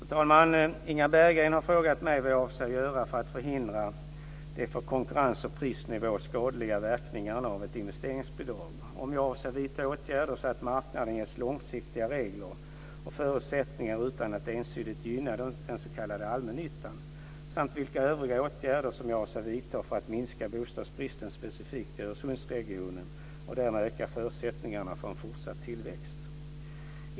Fru talman! Inga Berggren har frågat mig vad jag avser att göra för att förhindra de för konkurrens och prisnivå skadliga verkningarna av ett investeringsbidrag, om jag avser vidta åtgärder så att marknaden ges långsiktiga regler och förutsättningar utan att ensidigt gynna den s.k. allmännyttan samt vilka övriga åtgärder som jag avser vidta för att minska bostadsbristen specifikt i Öresundsregionen och därmed öka förutsättningarna för en fortsatt tillväxt.